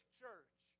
church